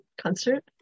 concert